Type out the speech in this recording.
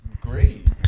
great